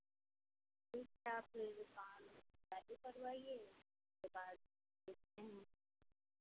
ठीक है आप फिर काम चालू करवाइए उसके बाद देखते हैं